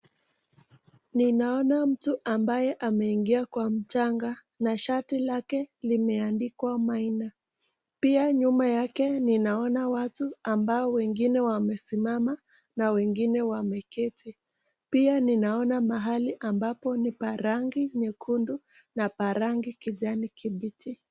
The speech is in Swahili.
Ninaona mtu ambaye ameingia kwa mchanga na shati lake limeandikwa pia nyuma yake ninaona watu ambao wengine wamesimama na wengine wameketi pia ninaona mahali ambapo ni pa rangi nyekundu na pa rangi kijani kibichi.